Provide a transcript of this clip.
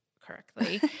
correctly